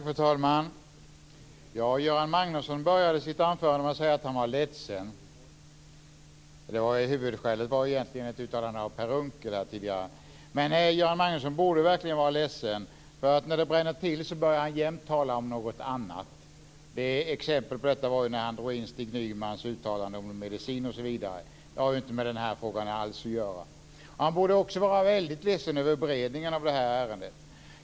Fru talman! Göran Magnusson inledde sitt anförande med att säga att han var ledsen. Huvudskälet till det var egentligen ett uttalande av Per Unckel här tidigare. Ja, Göran Magnusson borde verkligen vara ledsen. När det bränner till börjar han jämt tala om någonting annat. Ett sådant exempel är när han drog in Stig Nymans uttalande om mediciner osv. men det har inte alls med den här frågan att göra. Göran Magnusson borde också vara väldigt ledsen över beredningen av det här ärendet.